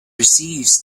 receives